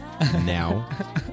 now